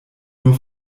nur